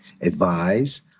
advise